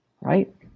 right